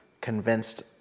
convinced